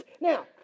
Now